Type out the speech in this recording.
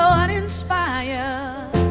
uninspired